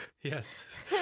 yes